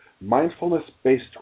Mindfulness-Based